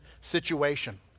situation